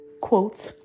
quotes